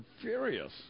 furious